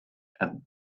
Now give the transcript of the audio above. and